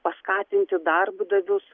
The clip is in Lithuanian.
paskatinti darbdavius